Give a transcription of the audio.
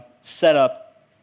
setup